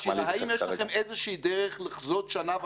אני שואל אותך ישירות: האם יש לכם דרך לחזות שנה או